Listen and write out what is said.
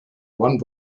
one